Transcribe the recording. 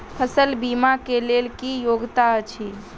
फसल बीमा केँ लेल की योग्यता अछि?